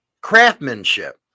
craftsmanship